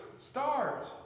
Stars